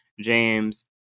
James